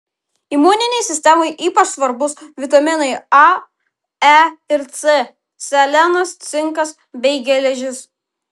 imuninei sistemai ypač svarbūs vitaminai a e ir c selenas cinkas bei geležis